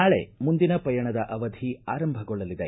ನಾಳೆ ಮುಂದಿನ ಪಯಣದ ಅವಧಿ ಆರಂಭಗೊಳ್ಳಲಿದೆ